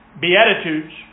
Beatitudes